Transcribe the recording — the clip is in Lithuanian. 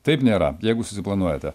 taip nėra jeigu susiplanuojate